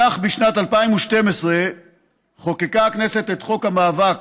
כך, בשנת 2012 חוקקה הכנסת את חוק המאבק